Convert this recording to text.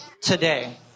today